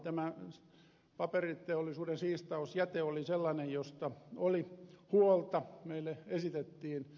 tämä paperiteollisuuden siistausjäte oli sellainen josta huolta meille esitettiin